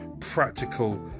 practical